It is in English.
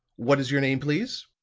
what is your name, please?